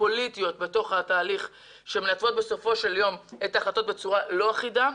פוליטיות בתוך התהליך שמנתבות בסופו של יום את ההחלטות בצורה לא אחידה.